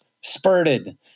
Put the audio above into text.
spurted